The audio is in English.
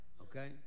okay